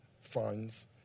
funds